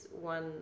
one